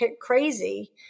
crazy